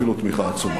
אפילו תמיכה עצומה,